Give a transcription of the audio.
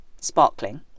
sparkling